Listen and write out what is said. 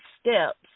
steps